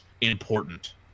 important